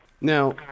Now